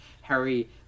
harry